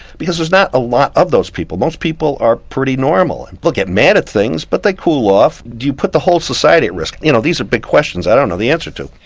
because there's not a lot of those people. most people are pretty normal, and they'll get mad at things but they cool off, do you put the whole of society at risk? you know these are big questions, i don't know the answer to.